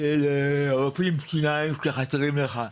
לרופאי שיניים שחסרים לך.